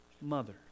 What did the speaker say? mother